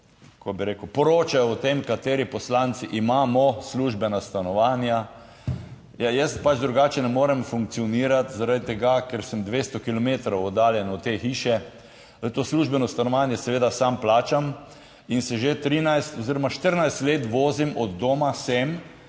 kako bi rekel, poročajo o tem kateri poslanci imamo službena stanovanja. Ja, jaz pač drugače ne morem funkcionirati, zaradi tega, ker sem 200 kilometrov oddaljen od te hiše. To službeno stanovanje seveda sam plačam in se že 13 oziroma 14 let vozim od doma sem